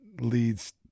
leads